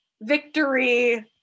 victory